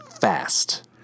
fast